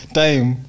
time